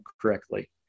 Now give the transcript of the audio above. correctly